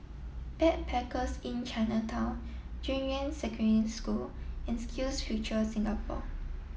Backpackers Inn Chinatown Junyuan Secondary School and SkillsFuture Singapore